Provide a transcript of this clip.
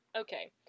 Okay